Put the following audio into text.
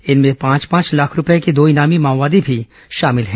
इनमें पांच पांच लाख रूपये के दो इनामी माओवादी भी शामिल है